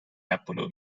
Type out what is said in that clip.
apollo